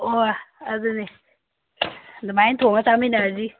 ꯑꯣ ꯑꯗꯨꯅꯤ ꯑꯗꯨꯃꯥꯏꯅ ꯊꯣꯡꯑꯒ ꯆꯥꯃꯤꯟꯅꯔꯁꯤ